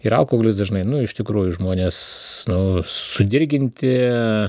ir alkoholis dažnai nu iš tikrųjų žmonės nu sudirginti